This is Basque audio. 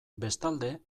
bestalde